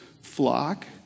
flock